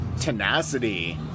tenacity